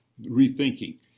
rethinking